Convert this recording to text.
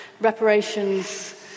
reparations